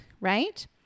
right